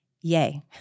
Yay